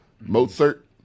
Mozart